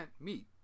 meet